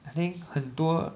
I think 很多